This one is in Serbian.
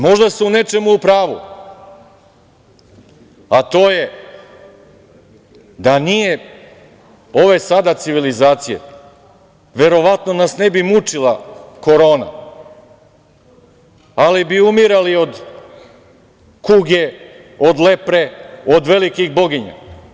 Možda su u nečemu u pravu, a to je da nije ove sada civilizacije verovatno nas ne bi mučila korona, ali bi umirali od kuge, od lepre, od velikih boginja.